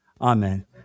Amen